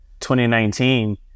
2019